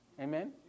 Amen